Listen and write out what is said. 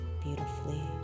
beautifully